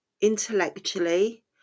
intellectually